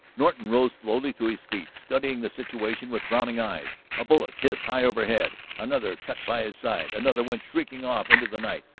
norton rose slowly to his feet, studying the situation with frowning eyes. a bullet hissed high overhead, another cut by his side, another went shrieking off into the night.